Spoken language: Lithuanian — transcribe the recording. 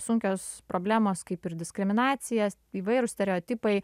sunkios problemos kaip ir diskriminacija įvairūs stereotipai